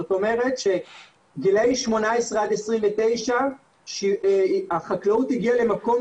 זאת אומרת שגילאי 18 עד 29 החקלאות הגיעה למקום